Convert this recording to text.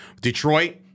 Detroit